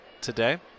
today